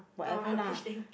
thought of rubbish thing